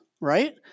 right